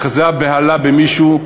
אחזה בהלה במישהו,